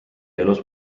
elus